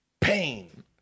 pain